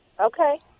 Okay